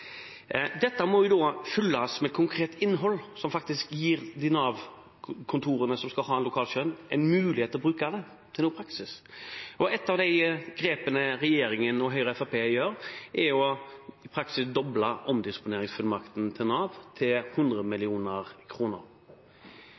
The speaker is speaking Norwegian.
Dette må fylles med konkret innhold som gir de Nav-kontorene som skal ha lokalt skjønn, en mulighet til å bruke det til noe i praksis. Et av grepene regjeringen og Høyre og Fremskrittspartiet gjør, er i praksis å doble omdisponeringsfullmakten til Nav til 100